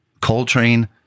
Coltrane